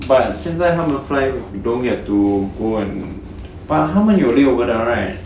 but 现在他们 fly don't get to go ah but 他们有六个的 right